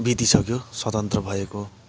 बितिसक्यो स्वतन्त्र भएको